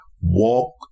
walk